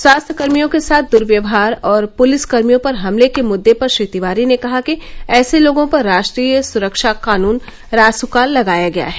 स्वास्थ्य कर्मियों के साथ दूर्वयवहार और पुलिस कर्मियों पर हमले के मुद्दे पर श्री तिवारी ने कहा कि ऐसे लोगों पर राष्ट्रीय सुरक्षा कानून रासुका लगाया गया है